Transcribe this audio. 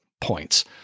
points